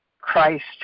Christ